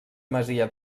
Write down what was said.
masia